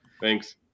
Thanks